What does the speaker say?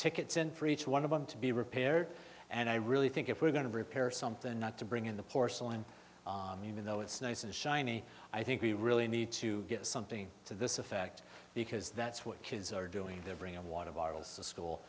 tickets in for each one of them to be repaired and i really think if we're going to repair something not to bring in the porcelain even though it's nice and shiny i think we really need to get something to this effect because that's what kids are doing they're bringing water bottles to school